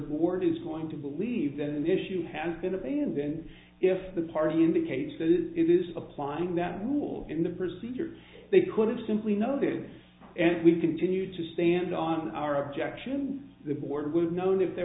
board is going to believe that an issue has been abandoned if the party in the case that is applying that moola in the procedure they could have simply nodded and we continued to stand on our objection the board would have known if there